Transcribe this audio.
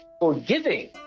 forgiving